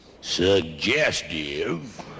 suggestive